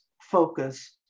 focus